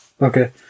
Okay